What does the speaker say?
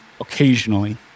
occasionally